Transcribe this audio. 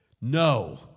no